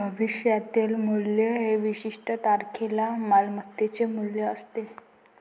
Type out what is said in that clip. भविष्यातील मूल्य हे विशिष्ट तारखेला मालमत्तेचे मूल्य असते